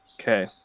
okay